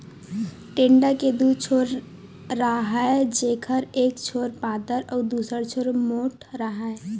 टेंड़ा के दू छोर राहय जेखर एक छोर पातर अउ दूसर छोर मोंठ राहय